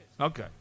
Okay